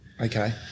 Okay